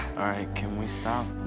can we stop